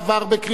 נתקבל.